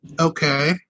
okay